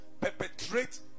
perpetrate